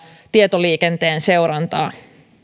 tietoliikenteen seurantaa